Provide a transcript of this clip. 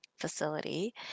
facility